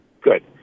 Good